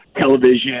television